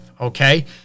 Okay